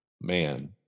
man